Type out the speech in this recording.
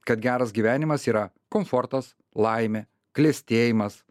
kad geras gyvenimas yra komfortas laimė klestėjimas